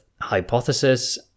hypothesis